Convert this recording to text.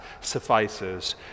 suffices